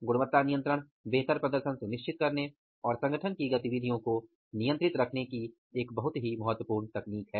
गुणवत्ता नियंत्रण बेहतर प्रदर्शन सुनिश्चित करने और संगठन की गतिविधियों को नियंत्रित रखने की एक बहुत ही महत्वपूर्ण तकनीक है